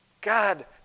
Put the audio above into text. God